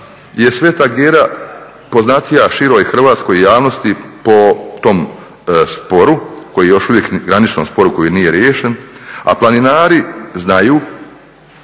Sveta Gera poznatija široj hrvatskoj javnosti po tom sporu, graničnom sporu koji nije riješen, a planinari znaju